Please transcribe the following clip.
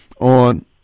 on